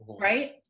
right